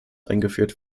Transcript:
eingeführt